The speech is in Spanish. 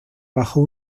bajo